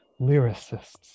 lyricists